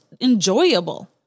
enjoyable